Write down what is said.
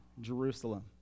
Jerusalem